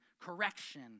correction